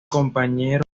compañeros